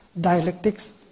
Dialectics